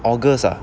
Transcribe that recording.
august ah